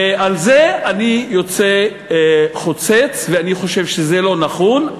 ועל זה אני יוצא חוצץ ואני חושב שזה לא נכון.